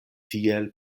tiel